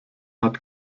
hat